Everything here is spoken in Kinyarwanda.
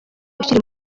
ukiri